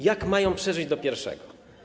Jak mają przeżyć do pierwszego?